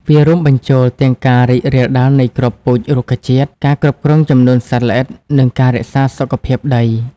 វារួមបញ្ចូលទាំងការរីករាលដាលនៃគ្រាប់ពូជរុក្ខជាតិ ការគ្រប់គ្រងចំនួនសត្វល្អិត និងការរក្សាសុខភាពដី។